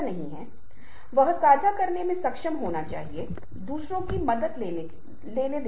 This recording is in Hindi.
संदर्भ के पहले घटक गेस्टुरेस या पोस्टर्स हैं जो संयुक्त रूप से एक अर्थ देते हैं